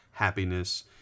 Happiness